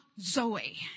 Zoe